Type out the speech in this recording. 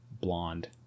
blonde